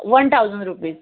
one thousand rupees